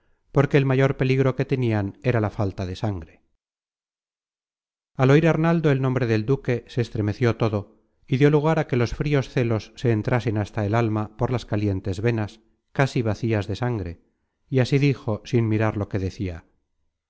porque el mayor peligro que tenian era la falta de la sangre content from google book search generated at al oir arnaldo el nombre del duque se estremeció todo y dió lugar á que los frios celos se entrasen hasta el alma por las calientes venas casi vacías de sangre y así dijo sin mirar lo que decia